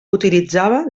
utilitzava